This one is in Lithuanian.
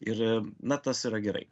ir na tas yra gerai